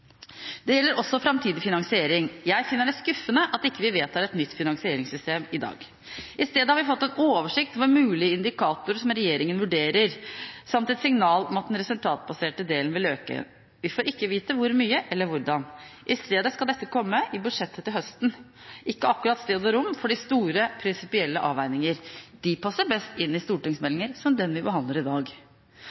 Det gjelder også framtidig finansiering. Jeg finner det skuffende at ikke vi vedtar et nytt finansieringssystem i dag. I stedet har vi fått en oversikt over mulige indikatorer som regjeringen vurderer, samt et signal om at den resultatbaserte delen vil øke. Vi får ikke vite hvor mye eller hvordan. I stedet skal dette komme i budsjettet til høsten, ikke akkurat sted og rom for de store prinsipielle avveininger. De passer best inn i stortingsmeldinger som den vi behandler i dag.